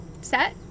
set